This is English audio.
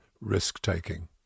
risk-taking